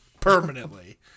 permanently